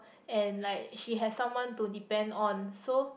and like she has someone to depend on so